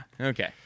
Okay